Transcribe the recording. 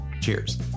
Cheers